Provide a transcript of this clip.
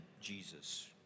Jesus